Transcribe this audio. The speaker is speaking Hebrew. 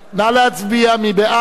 נא להצביע, מי בעד?